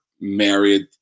married